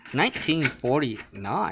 1949